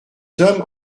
sommes